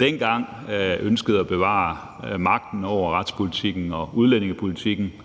dengang ønskede at bevare magten over retspolitikken og udlændingepolitikken –